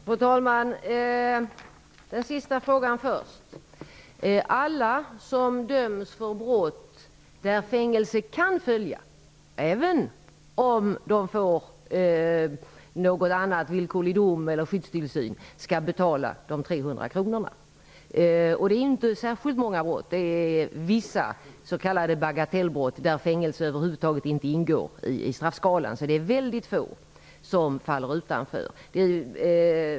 Fru talman! Jag tar den sista frågan först. Alla som döms för brott där fängelse kan följa, alltså även om domen blir skyddstillsyn eller villkorlig dom, skall betala 300 kr. Endast vid vissa s.k. bagatellbrott ingår fängelse över huvud taget inte i straffskalan. Väldigt få dömda faller alltså utanför.